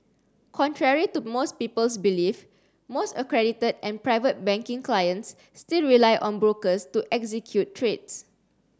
contrary to most people's belief most accredited and private banking clients still rely on brokers to execute trades